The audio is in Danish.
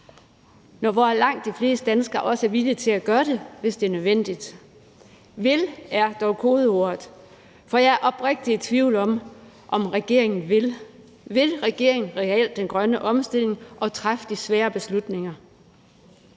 tid, og langt de fleste danskere er også villige til at gøre det, hvis det er nødvendigt. »Vil« er dog kodeordet, for jeg er oprigtigt i tvivl om, om regeringen vil. Vil regeringen reelt den grønne omstilling og træffe de svære beslutninger?